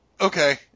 okay